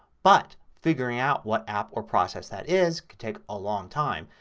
but figuring out what app or process that is can take a long time.